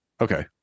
Okay